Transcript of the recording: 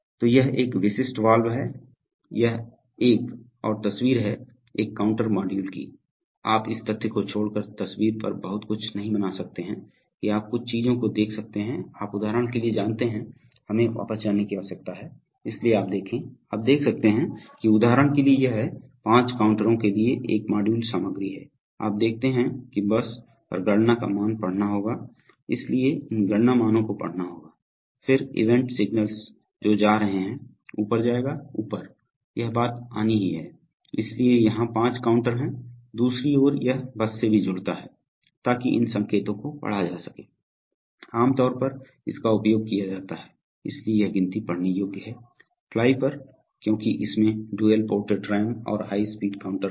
तो यह एक विशिष्ट वाल्व है यह एक और तस्वीर है एक काउंटर मॉड्यूल की आप इस तथ्य को छोड़कर तस्वीर पर बहुत कुछ नहीं बना सकते हैं कि आप कुछ चीजों को देख सकते हैं आप उदाहरण के लिए जानते हैं हमें वापस जाने की आवश्यकता है इसलिए आप देखें आप देख सकते हैं कि उदाहरण के लिए यह है पाँच काउंटरों के लिए यह मॉड्यूल सामग्री हैआप देखते हैं कि बस पर गणना का मान पढ़ना होगा इसलिए इन गणना मानों को पढ़ना होगा फिर ईवेंट सिग्नल्स जो जा रहे हैं ऊपर जायेगा ऊपर यह बात आनी ही है इसलिए यहाँ पाँच काउंटर हैं दूसरी ओर यह बस से भी जुड़ता है ताकि इन संकेतों को पढ़ा जा सके आम तौर पर इसका उपयोग किया जाता है इसलिए यह गिनती पढ़ने योग्य है फ्लाई पर क्योंकि इसमें ड्यूल पोर्टेड रैम और हाई स्पीड काउंट हैं